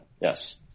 Yes